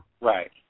Right